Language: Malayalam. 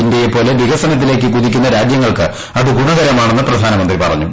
ഇന്ത്യയ്ക്ക്പ്പോലെ വികസനത്തിലേക്ക് കുതിക്കുന്ന രാജ്യങ്ങൾക്ക് അത് ഗുണക്ക്മാണെന്ന് പ്രധാനമന്ത്രി പറഞ്ഞു